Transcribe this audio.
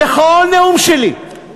בכל נאום שלי,